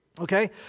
okay